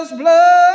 blood